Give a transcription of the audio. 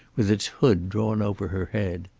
with its hood drawn over her head.